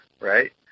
right